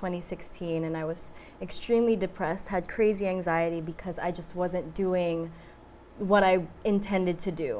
twenty sixteen and i was extremely depressed had crazy anxiety because i just wasn't doing what i intended to do